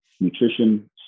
nutrition